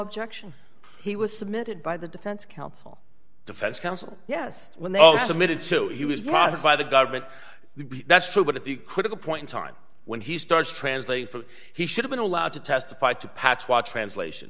objection he was submitted by the defense counsel defense counsel yes when they submitted so he was martyred by the government that's true but at the critical point in time when he starts translating for he should've been allowed to testify to pat's watch translation